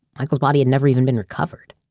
michael's body had never even been recovered.